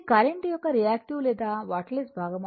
ఇది కరెంట్ యొక్క రియాక్టివ్ లేదా వాట్లెస్ భాగం